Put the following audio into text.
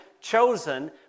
chosen